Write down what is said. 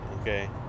okay